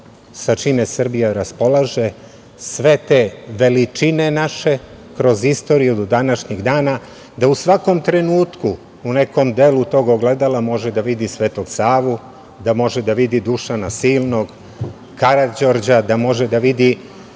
sa čime Srbija raspolaže, sve te naše veličine kroz istoriju do današnjeg dana, da u svakom trenutku u nekom delu tog ogledala može da vidi Svetog Savu, Dušana Silnog, Karađorđa, da može da vidi